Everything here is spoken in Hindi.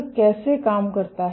यह कैसे काम करता है